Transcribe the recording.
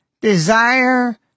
desire